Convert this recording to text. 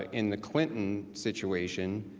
ah in the clinton situation,